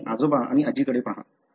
तुम्ही आजोबा आणि आजीकडे पहा